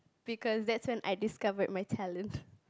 because that's when I discovered my talent